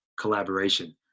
collaboration